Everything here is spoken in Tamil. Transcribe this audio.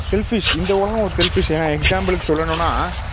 செல்ஃபிஷ் இந்த உலகம் ஒரு செல்ஃபிஷ் ஏன்னா எக்ஸாம்பிளுக்கு சொல்லணும்னா